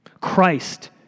Christ